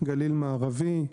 גליל מערבי,